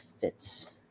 fits